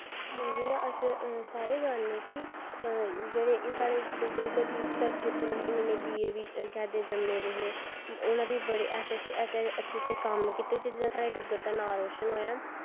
जियां अस सारे जानने की जेह्ड़े साढ़े डुग्गर दा धरती उप्पर इन्ने इन्ने बीर बी केह् आखदे जम्मे दे हे उनें बी बड़े अच्छे अच्छे कम्म कीते जियां जियां साढ़े डुग्गर दा नां रोशन होआ ऐ